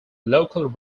local